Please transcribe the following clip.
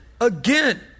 again